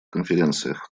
конференциях